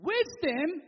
Wisdom